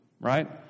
right